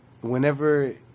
whenever